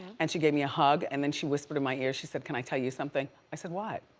and she gave me a hug, and then she whispered in my ear, she said can i tell you something? i said what?